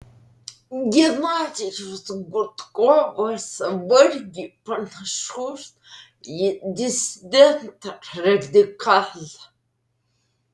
genadijus gudkovas vargiai panašus į disidentą radikalą